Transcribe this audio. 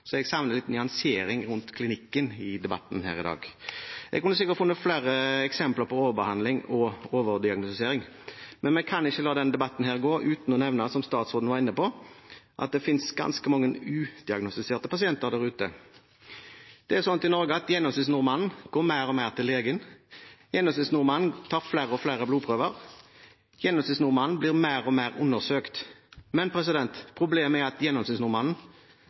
så jeg savner en nyansering av det kliniske i debatten her i dag. Jeg kunne sikkert ha funnet flere eksempler på overbehandling og overdiagnostisering, men vi kan ikke la denne debatten gå uten å nevne det som statsråden var inne på: at det finnes ganske mange udiagnostiserte pasienter der ute. Det er jo sånn i Norge at gjennomsnittsnordmannen går mer og mer til legen. Gjennomsnittsnordmannen tar flere og flere blodprøver. Gjennomsnittsnordmannen blir mer og mer undersøkt. Men problemet er at gjennomsnittsnordmannen